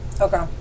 Okay